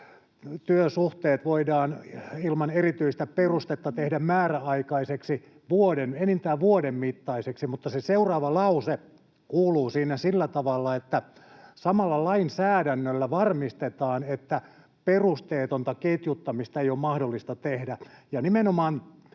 työsuhteet voidaan ilman erityistä perustetta tehdä määräaikaiseksi enintään vuoden mittaiseksi, ja se seuraava lause kuuluu siinä sillä tavalla, että samalla lainsäädännöllä varmistetaan, että perusteetonta ketjuttamista ei ole mahdollista tehdä.